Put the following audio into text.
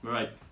Right